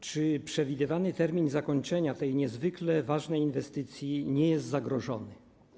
Czy przewidywany termin zakończenia tej niezwykle ważnej inwestycji nie jest zagrożony?